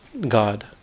God